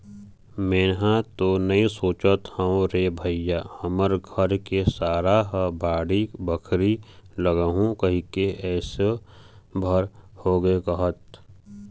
मेंहा तो नइ सोचत हव रे भइया हमर घर के सारा ह बाड़ी बखरी लगाहूँ कहिके एसो भर होगे कहत